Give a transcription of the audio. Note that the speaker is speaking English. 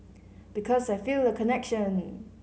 because I feel a connection